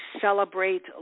celebrate